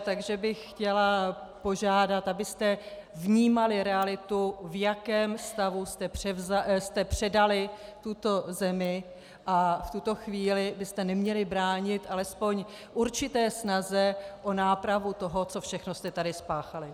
Takže bych chtěla požádat, abyste vnímali realitu, v jakém stavu jste předali tuto zemi, a v tuto chvíli byste neměli bránit alespoň určité snaze o nápravu toho, co všechno jste tady spáchali.